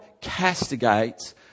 castigates